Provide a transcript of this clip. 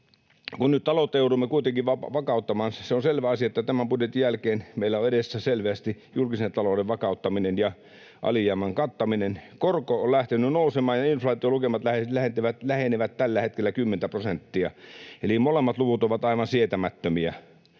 toinen asia. Nyt joudumme kuitenkin vakauttamaan taloutta. Se on selvä asia, että tämän budjetin jälkeen meillä on edessä selvästi julkisen talouden vakauttaminen ja alijäämän kattaminen. Korko on lähtenyt nousemaan, ja inflaatiolukemat lähenevät tällä hetkellä kymmentä prosenttia, eli molemmat luvut ovat aivan sietämättömiä,